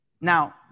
Now